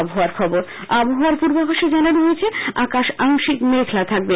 আবহাওয়া আবহাওয়ার পূর্বাভাসে জানানো হয়েছে আকাশ আংশিক মেঘলা থাকবে